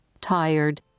tired